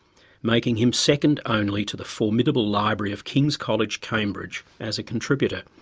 making him second only to the formidable library of king's college, cambridge as a contributor.